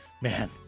man